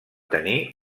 tenir